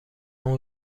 اون